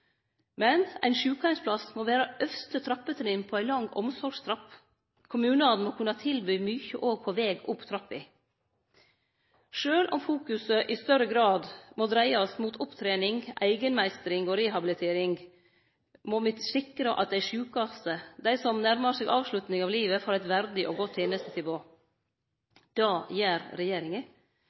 Men ein sjukeheimsplass må vere øvste trappetrinn på ei lang «omsorgstrapp». Kommunane må kunne tilby mykje òg på veg opp trappa. Sjølv om fokuset i større grad må dreiast mot opptrening, eigenmeistring og rehabilitering, må me sikre at dei sjukaste, dei som nærmar seg avslutninga av livet, får eit verdig og godt tenestetilbod. Det gjer regjeringa.